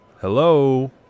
Hello